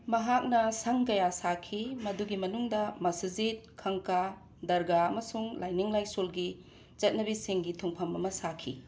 ꯃꯍꯥꯛꯅ ꯁꯪ ꯀꯌꯥ ꯁꯥꯈꯤ ꯃꯗꯨꯒꯤ ꯃꯅꯨꯡꯗ ꯃꯁꯖꯤꯗ ꯈꯪꯀꯥ ꯗꯔꯒꯥ ꯑꯃꯁꯨꯡ ꯂꯥꯏꯅꯤꯡ ꯂꯥꯏꯁꯣꯜꯒꯤ ꯆꯠꯅꯕꯤꯁꯤꯡꯒꯤ ꯊꯨꯡꯐꯝ ꯑꯃ ꯁꯥꯈꯤ